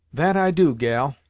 that i do, gal,